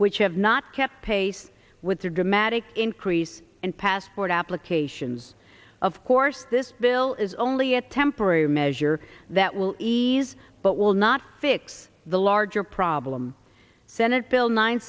which have not kept pace with their dramatic increase in passport applications of course this bill is only a temporary measure that will ease but will not fix the larger problem senate bill nine